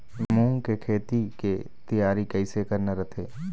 मूंग के खेती के तियारी कइसे करना रथे?